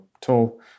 tool